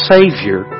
Savior